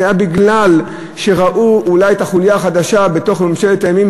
זה היה בגלל שראו אולי את החוליה החדשה בתוך ממשלת הימין,